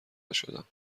نشدم